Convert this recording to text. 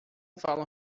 falam